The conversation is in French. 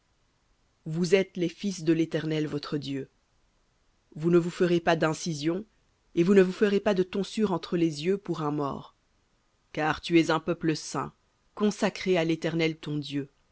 vous êtes les fils de l'éternel votre dieu vous ne vous ferez pas d'incisions et vous ne vous ferez pas de tonsure entre les yeux pour un mort car tu es un peuple saint à l'éternel ton dieu